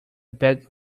bad